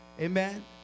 Amen